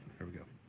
here we go.